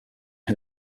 who